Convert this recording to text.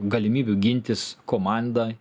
galimybių gintis komanda